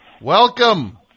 Welcome